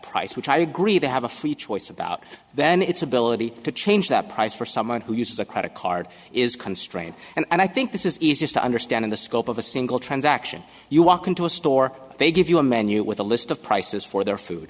price which i agree to have a free choice about then its ability to change that price for someone who uses a credit card is constrained and i think this is easiest to understand the scope of a single transaction you walk into a store they give you a menu with a list of prices for their food